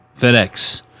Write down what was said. FedEx